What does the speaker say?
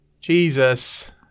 Jesus